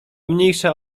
mniejsza